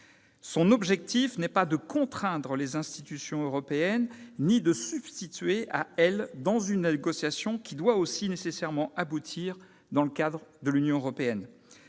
Son objectif n'est pas de contraindre les institutions européennes, ni de se substituer à ces dernières dans une négociation qui doit nécessairement aboutir dans le cadre de l'Union européenne.